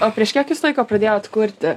o prieš kiek jūs laiko pradėjot kurti